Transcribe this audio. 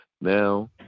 Now